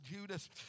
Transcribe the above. Judas